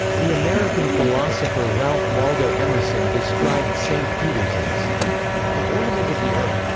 the american philosopher ralph waldo emerson described st. peter's as an ornament of the earth.